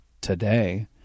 today